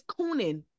cooning